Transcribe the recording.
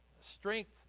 strength